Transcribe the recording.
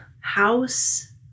house